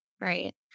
right